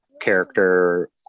character